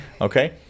Okay